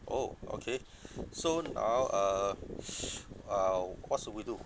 (oh okay so now uh uh what should we do